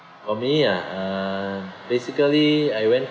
orh me ah uh basically I went